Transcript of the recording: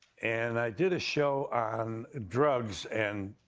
and i did a show on drugs and